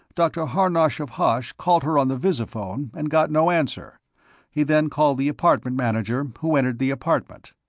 dr. harnosh of hosh called her on the visiphone and got no answer he then called the apartment manager, who entered the apartment.